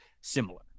similar